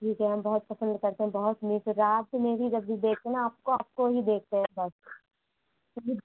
क्योंकि हम बहुत पसंद करते हैं बहुत रात में भी जब भी देखते हैं ना आपको आपको ही देखते हैं बस